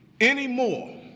anymore